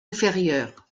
inférieur